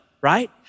right